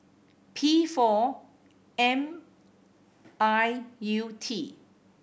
P four M I U T